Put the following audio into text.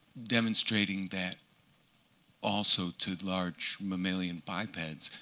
demonstrating that also to large mammalian bipeds,